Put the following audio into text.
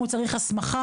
אם הוא צריך הסמכה,